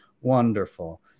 Wonderful